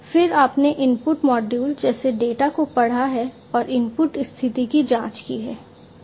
फिर आपने input module से डेटा को पढ़ा है और इनपुट स्थिति की जांच की है